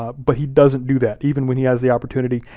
but he doesn't do that. even when he has the opportunity,